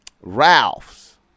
Ralph's